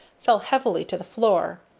fell heavily to the floor.